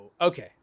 okay